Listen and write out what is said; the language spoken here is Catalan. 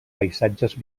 paisatges